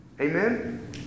Amen